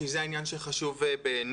כי זה העניין שחשוב בעיניי.